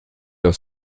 aus